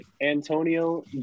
Antonio